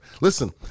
Listen